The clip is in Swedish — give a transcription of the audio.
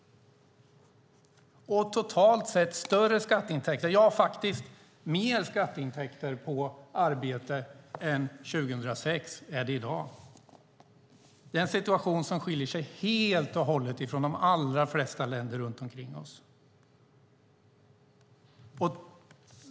Totalt sett större skatteintäkter, faktiskt mer skatteintäkter på arbete än 2006 är det i dag. Det är en situation som skiljer sig helt och hållet från de allra flesta länder runt omkring oss.